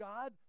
God